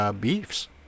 beefs